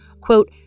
Quote